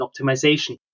optimization